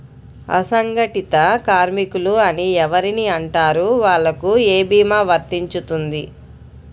అసంగటిత కార్మికులు అని ఎవరిని అంటారు? వాళ్లకు ఏ భీమా వర్తించుతుంది?